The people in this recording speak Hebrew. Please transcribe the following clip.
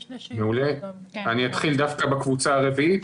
אני אתחיל דווקא בקבוצה הרביעית,